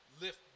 lift